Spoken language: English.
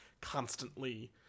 constantly